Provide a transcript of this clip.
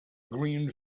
green